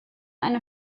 eine